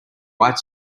white